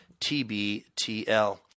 T-B-T-L